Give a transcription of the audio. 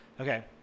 Okay